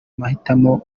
mahitamo